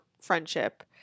friendship